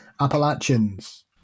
Appalachians